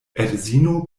edzino